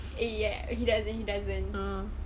he doesn't he doesn't